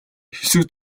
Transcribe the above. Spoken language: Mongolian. хэсэг